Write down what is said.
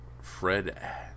Fred